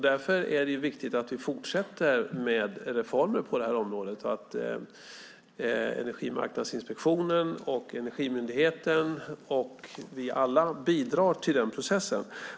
Därför är det viktigt att vi fortsätter med reformer på området och att Energimarknadsinspektionen, Energimyndigheten och vi alla bidrar till den processen.